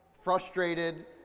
frustrated